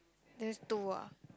there's two ah